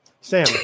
Sam